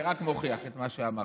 זה רק מוכיח את מה שאמרתי.